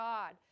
God